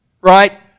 Right